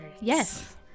yes